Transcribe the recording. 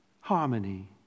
harmony